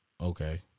Okay